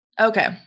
okay